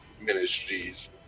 ministries